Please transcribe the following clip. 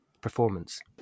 performance